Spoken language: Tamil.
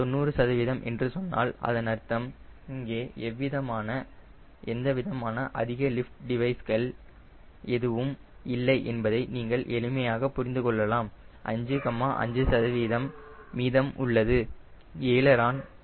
நான் 90 சதவீதம் என்று சொன்னால் அதன் அர்த்தம் இங்கே எந்தவிதமான அதிக லிஃப்ட் டிவைஸ்கள் எதுவும் இல்லை என்பதை நீங்கள் எளிமையாக புரிந்து கொள்ளலாம் 5 5 சதவீதம் மீதம் உள்ளது எய்லரான்